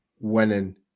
winning